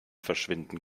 verschwinden